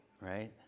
right